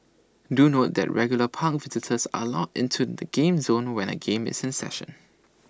do note that regular park visitors are into the game zone when A game is in session